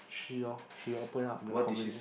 she lor she open up the conversation